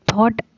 Thought